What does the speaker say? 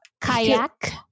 Kayak